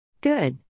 Good